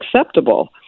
acceptable